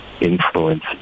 influence